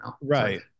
right